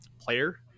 player